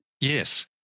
Yes